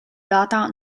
data